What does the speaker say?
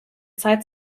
zeit